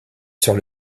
sur